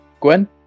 Gwen